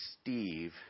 Steve